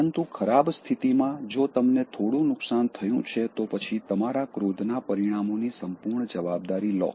પરંતુ ખરાબ સ્થિતિમાં જો તમને થોડું નુકસાન થયું છે તો પછી તમારા ક્રોધના પરિણામોની સંપૂર્ણ જવાબદારી લો